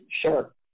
sure